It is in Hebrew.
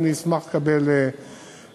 ואני אשמח לקבל נתונים,